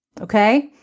okay